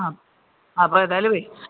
ആ അപ്പം ഏതായാലുവേ